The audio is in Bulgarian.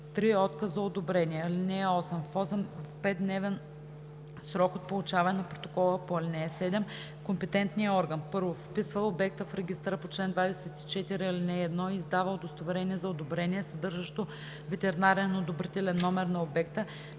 3. отказ за одобрение. (8) В 5-дневен срок от получаване на протокола по ал. 7, компетентният орган: 1. вписва обекта в регистъра по чл. 24, ал. 1 и издава удостоверение за одобрение, съдържащо ветеринарен одобрителен номер на обекта,